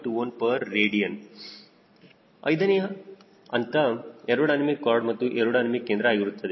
21 rad 5ನೇ ಅಂತ aerodynamic chord ಮತ್ತು ಏರೋಡೈನಮಿಕ್ ಕೇಂದ್ರ ಆಗಿರುತ್ತದೆ